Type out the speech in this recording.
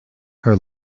her